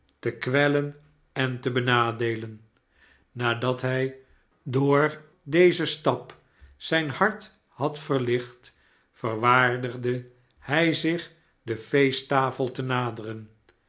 te kwellen en te benadeelen nadat hij door dezen stap zijn hart had verlicht verwaardigde hij zich de